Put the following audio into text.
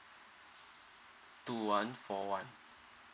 two one four one